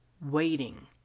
waiting